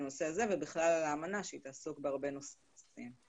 הנושא הזה ובכלל על האמנה שהיא תעסוק בהרבה נושאים נוספים.